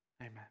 Amen